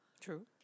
True